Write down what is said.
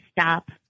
stop